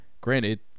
Granted